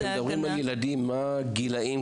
כשמדברים על ילדים מה הגילאים?